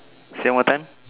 say one more time